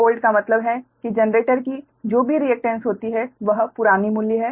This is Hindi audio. Xg1old का मतलब है कि जनरेटर की जो भी रिएक्टेन्स होती है वह पुरानी मूल्य है